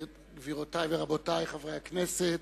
גבירותי ורבותי חברי הכנסת,